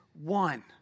one